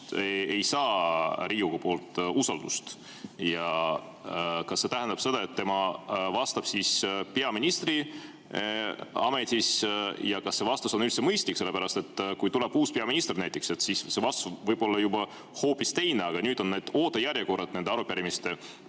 ei saa Riigikogu poolt usaldust, siis kas see tähendab seda, et tema vastab peaministriametis? Ja kas see vastus on üldse mõistlik, sellepärast et kui tuleb uus peaminister näiteks, siis see vastus võib olla juba hoopis teine. Aga nüüd on need ootejärjekorrad nende arupärimiste